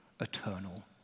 eternal